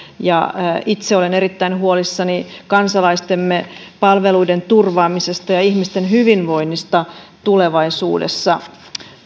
ja itse olen erittäin huolissani kansalaistemme palveluiden turvaamisesta ja ihmisten hyvinvoinnista tulevaisuudessa